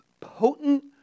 potent